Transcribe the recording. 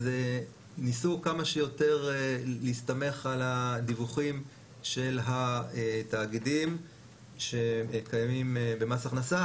ניסו כמה שיותר להסתמך על הדיווחים של התאגידים שקיימים במס הכנסה,